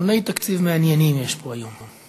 דיוני תקציב מעניינים יש פה היום,